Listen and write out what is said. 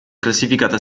classificata